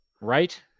right